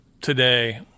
today